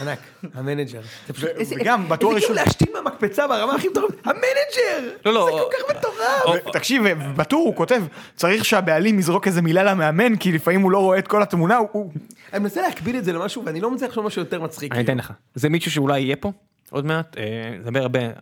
ענק. ענק. ענק. גם בטורי של להשתין במקפצה ברמה הכי טובה המנאג'ר זה כל כך מטורף. תקשיב בטור הוא כותב. צריך שהבעלים יזרוק איזה מילה למאמן כי לפעמים הוא לא רואה את כל התמונה הוא מנסה להקביל את זה למשהו ואני לא רוצה לעשות משהו יותר מצחיק אני אתן לך זה מישהו שאולי יהיה פה עוד מעט. נדבר הרבה